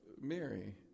Mary